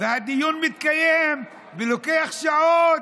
והדיון מתקיים ולוקח שעות.